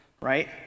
right